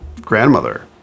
grandmother